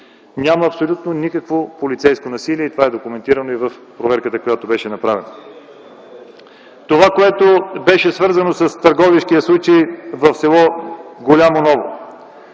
Няма абсолютно никакво полицейско насилие и това е документирано и в проверката, която беше направена. (Реплика от ДПС.) Това, което беше свързано с търговищкия случай в с. Голямо Ново